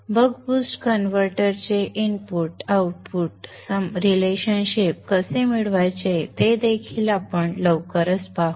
बक boost कन्व्हर्टरचे input output संबंध कसे मिळवायचे ते देखील आपण लवकरच पाहू